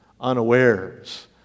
unawares